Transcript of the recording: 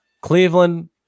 Cleveland